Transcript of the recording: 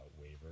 waiver